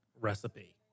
recipe